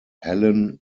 helen